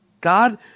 God